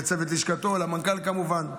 לצוות לשכתו, למנכ"ל, כמובן.